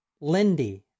Lindy